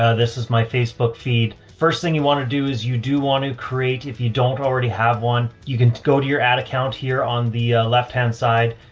ah this is my facebook feed. first thing you want to do is you do want to create, if you don't already have one, you can go to your ad account. here on the left hand side,